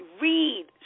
read